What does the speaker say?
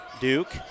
Duke